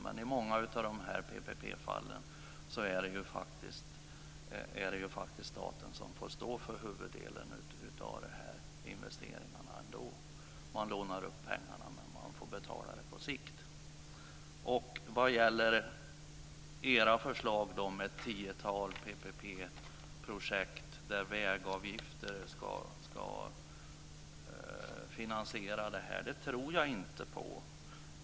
Men i många av dessa PPP-fall är det faktiskt staten som får stå för huvuddelen av investeringarna ändå. Man lånar upp pengarna, men man får betala det på sikt. Jag tror inte på era förslag om ett tiotal PPP projekt där vägavgifter ska finansiera det hela.